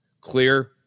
clear